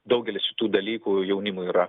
daugelis šitų dalykų jaunimui yra